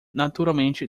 naturalmente